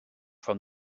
from